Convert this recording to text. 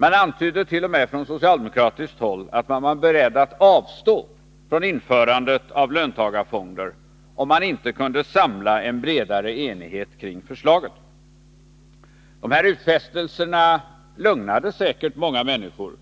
Man antydde t.o.m. från socialdemokratiskt håll att man var beredd att avstå från införandet av löntagarfonder, om man inte kunde samla en bredare enighet kring förslaget. Dessa utfästelser lugnade säkert många människor